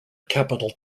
capital